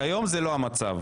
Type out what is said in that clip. כיום זה לא המצב.